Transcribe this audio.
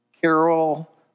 carol